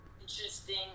interesting